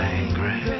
angry